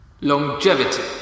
Longevity